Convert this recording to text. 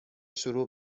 شروع